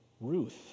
ruth